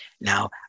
Now